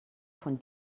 von